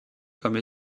comme